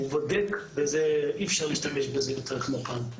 הפקח בודק ואי אפשר להשתמש בזה יותר כמו פעם.